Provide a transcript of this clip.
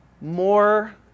more